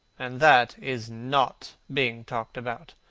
and that is not being talked about.